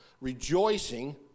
rejoicing